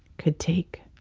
could take